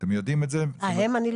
הם לא